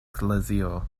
eklezio